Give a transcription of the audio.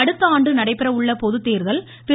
அடுத்தஆண்டு நடைபெறவுள்ள பொதுதேர்தல் திரு